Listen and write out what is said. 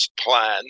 plan